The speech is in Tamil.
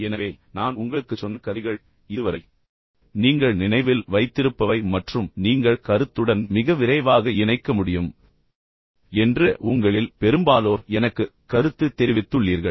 எனவே நான் உங்களுக்குச் சொன்ன கதைகள் இதுவரை நீங்கள் நினைவில் வைத்திருப்பவை மற்றும் நீங்கள் கருத்துடன் மிக விரைவாக இணைக்க முடியும் என்று உங்களில் பெரும்பாலோர் எனக்கு கருத்து தெரிவித்துள்ளீர்கள்